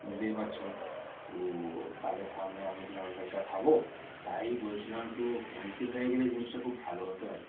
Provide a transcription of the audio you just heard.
বুঝতেই পারছো তো তাদের সামনে আমি কি ননভেজটা খাবো তাই বলছিলাম একটু ক্যান্সেল হয়ে গেলে জিনিসটা খুব ভালো হতো আর কি